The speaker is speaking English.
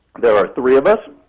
there are three of us.